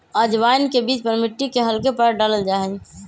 अजवाइन के बीज पर मिट्टी के हल्के परत डाल्ल जाहई